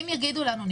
אם נפגעים יגידו לנו,